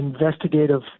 investigative